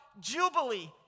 Jubilee